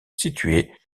située